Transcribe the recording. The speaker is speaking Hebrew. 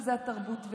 וזה התרבות,